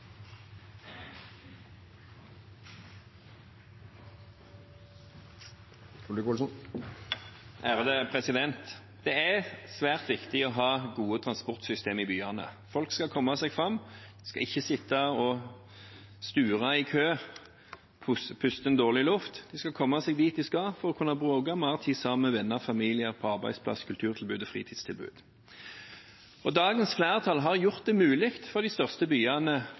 svært viktig å ha gode transportsystem i byene. Folk skal komme seg fram, de skal ikke sitte og sture i kø og puste inn dårlig luft. De skal komme seg dit de skal, for å kunne bruke mer tid sammen med venner og familie, på arbeidsplasser, kulturtilbud og fritidstilbud. Dagens flertall har gjort det mulig for de største byene